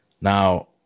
Now